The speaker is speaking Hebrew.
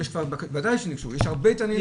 ודאי שניגשו, יש הרבה התעניינות.